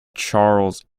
charles